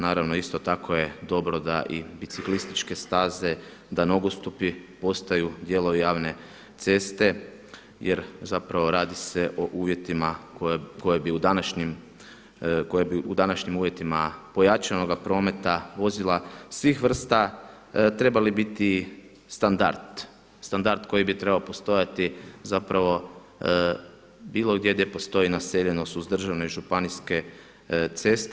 Naravno isto tako je dobro da i biciklističke staze, da nogostupi postaju djelo javne ceste jer zapravo radi se o uvjetima koje bi u današnjim uvjetima pojačanoga prometa vozila svih vrsta trebali biti standard, standard koji bi trebao postojati zapravo bilo gdje gdje postoji naseljenost uz državne i županijske ceste.